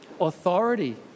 authority